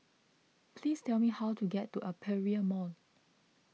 please tell me how to get to Aperia Mall